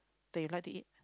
that you like to eat